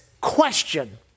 question